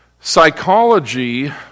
Psychology